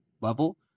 level